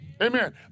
Amen